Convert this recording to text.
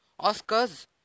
Oscars